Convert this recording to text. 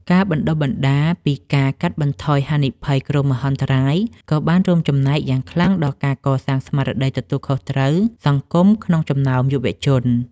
ការបណ្ដុះបណ្ដាលពី ការកាត់បន្ថយហានិភ័យគ្រោះមហន្តរាយ ក៏បានរួមចំណែកយ៉ាងខ្លាំងដល់ការកសាងស្មារតីទទួលខុសត្រូវសង្គមក្នុងចំណោមយុវជន។